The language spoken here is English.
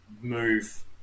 move